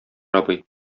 абый